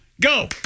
go